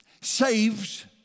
saves